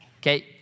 Okay